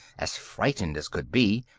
as frightened as could be,